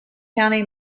county